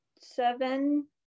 seven